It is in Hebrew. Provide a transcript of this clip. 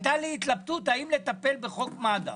הייתה לי התלבטות האם לטפל בכל מד"א.